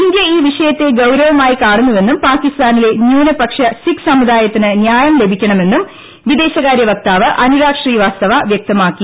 India ഇത്ത് വിഷയത്തെ ഗൌരവമായി കാണുന്നുവെന്നും പാകിസ്ഥാനില്ല് ന്യൂനപക്ഷ സിക്ക് സമുദായത്തിന് ന്യായം ലഭിക്ക്ണുമെന്നും വിദേശകാര്യ വക്താവ് അനുരാഗ് ശ്രീവാസ്തവ വൃക്തമാക്കി